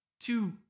two